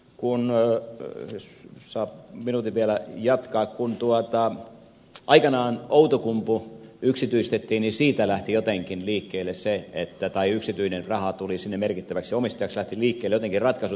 kunnan jos saan minuutin vielä jatkaa että kun aikanaan outokumpu yksityistettiinisi täällä jotenkin liikkeelle sen yksityistettiin tai yksityinen raha tuli sinne merkittäväksi omistajaksi niin siitä lähtivät jotenkin liikkeelle ratkaisut